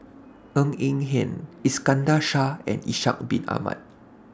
Ng Eng Hen Iskandar Shah and Ishak Bin Ahmad